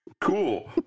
cool